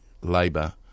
Labour